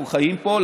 אנחנו חיים פה,